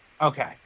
Okay